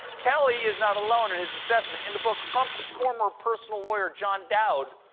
kelly is not alone in his assessment. in the book, trump's former personal lawyer, john dowd,